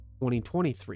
2023